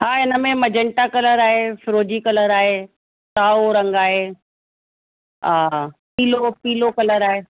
हा हिन में मजेंटा कलर आहे फिरोजी कलर आहे साओ रंग आहे हा हा पीलो पीलो कलर आहे